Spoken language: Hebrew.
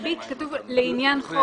בריבית כתוב "לעניין חוק זה".